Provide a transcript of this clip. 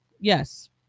Yes